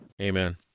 Amen